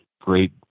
great